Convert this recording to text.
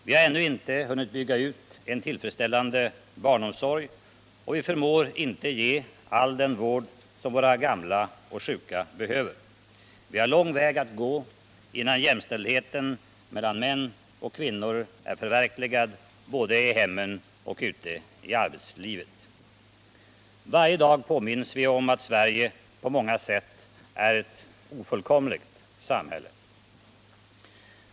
Vi har ännu inte hunnit bygga ut en tillfredsställande barnomsorg och vi förmår inte ge all den vård som våra 5 gamla och sjuka behöver. Vi har lång väg att gå innan jämställdheten mellan män och kvinnor är förverkligad, både i hemmen och ute i arbetslivet. Varje dag påminns vi om att Sverige på många sätt är ett ofullkomligt samhälle.